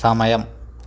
സമയം